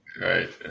Right